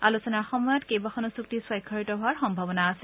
আলোচনাৰ সময়ত কেইবাখনো চুক্তি স্বাক্ষৰিত হোৱাৰ সম্ভাবনা আছে